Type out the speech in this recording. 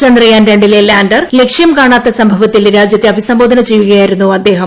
ചന്ദ്രയാൻ രണ്ടിലെ ലാൻഡർ ലക്ഷ്യം കാണാത്ത സംഭവത്തിൽ രാജ്യത്തെ അഭിസംബോധന ചെയ്യുകയായിരുന്നു അദ്ദേഹം